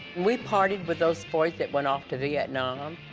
we partied with those boys that went off to vietnam.